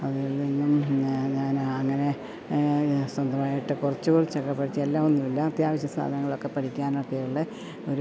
അതിൽ നിന്നും ഞാൻ അങ്ങനെ സ്വന്തമായിട്ട് കുറച്ച് കുറച്ചൊക്കെ പഠിച്ച് എല്ലാം ഒന്നുമില്ല അത്യാവശ്യം സാധനങ്ങളൊക്കെ പഠിക്കാനൊക്കെയുള്ള ഒരു